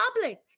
public